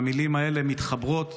והמילים האלה מתחברות,